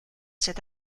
cet